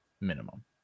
minimum